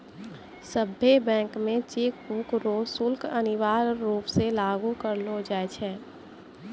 सभ्भे बैंक मे चेकबुक रो शुल्क अनिवार्य रूप से लागू करलो जाय छै